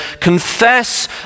confess